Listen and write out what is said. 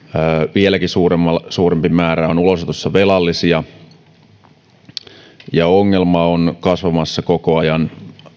vieläkin suurempi määrä velallisia on ulosotossa ja ongelma on kasvamassa koko ajan